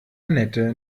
anette